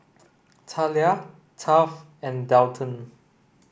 Thalia Taft and Dalton